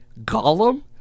Gollum